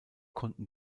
konnten